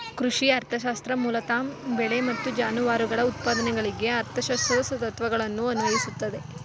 ಕೃಷಿ ಅರ್ಥಶಾಸ್ತ್ರ ಮೂಲತಃ ಬೆಳೆ ಮತ್ತು ಜಾನುವಾರುಗಳ ಉತ್ಪಾದನೆಗಳಿಗೆ ಅರ್ಥಶಾಸ್ತ್ರದ ತತ್ವಗಳನ್ನು ಅನ್ವಯಿಸ್ತದೆ